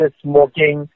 smoking